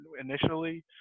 initially